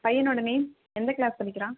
பையனோட நேம் எந்த க்ளாஸ் படிக்கிறான்